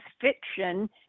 fiction